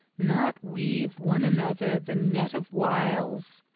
not weave one another the net of wiles,